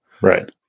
Right